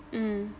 mm